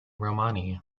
romani